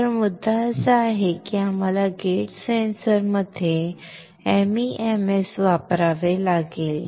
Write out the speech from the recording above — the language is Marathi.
तर मुद्दा असा आहे की आम्हाला गेट सेन्सर्स मध्ये एमईएमएस वापरावे लागले